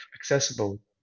accessible